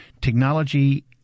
Technology